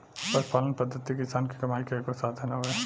पशुपालन पद्धति किसान के कमाई के एगो साधन हवे